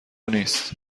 نیست